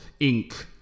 Inc